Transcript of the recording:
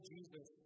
Jesus